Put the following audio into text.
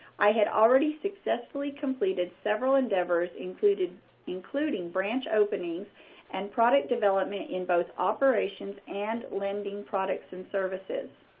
i had already successfully completed several endeavors, including including branch openings and product development in both operations and lending products and services.